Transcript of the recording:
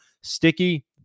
sticky